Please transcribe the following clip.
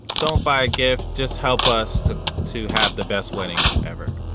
don't buy a gift just help us to to have the best wedding ever